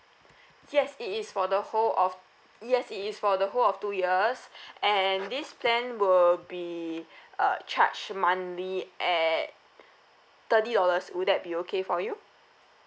yes it is for the whole of yes it is for the whole of two years and this plan will be uh charge monthly at thirty dollars would that be okay for you